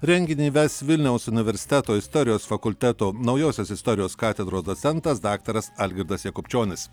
renginį ves vilniaus universiteto istorijos fakulteto naujosios istorijos katedros docentas daktaras algirdas jakubčionis